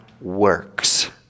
works